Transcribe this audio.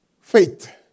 faith